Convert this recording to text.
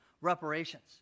reparations